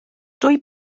dwy